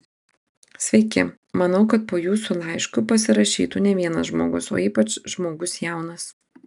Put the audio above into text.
sveiki manau kad po jūsų laišku pasirašytų ne vienas žmogus o ypač žmogus jaunas